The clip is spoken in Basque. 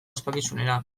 ospakizunera